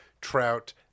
Trout